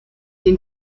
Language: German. den